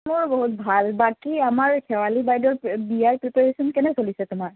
মোৰ বহুত ভাল বাকী আমাৰ শেৱালী বাইদেউৰ বিয়াৰ প্ৰিপাৰেশ্যন কেনে চলিছে তোমাৰ